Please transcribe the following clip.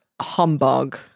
humbug